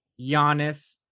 Giannis